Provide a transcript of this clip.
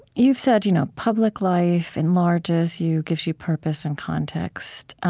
you've said you know public life enlarges you, gives you purpose and context.